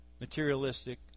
materialistic